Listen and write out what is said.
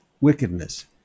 wickedness